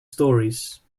stories